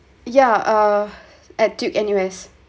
yeah uh at duke N_U_S